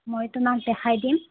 মই তোমাক দেখাই দিম